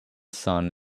sun